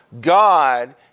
God